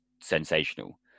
sensational